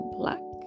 black